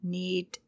need